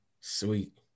Sweet